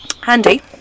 Handy